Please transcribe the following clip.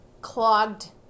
clogged